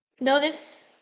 notice